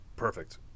perfect